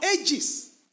ages